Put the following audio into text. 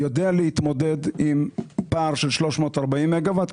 יודע להתמודד עם פער של 340 מגה-ואט,